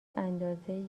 اندازه